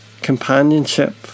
Companionship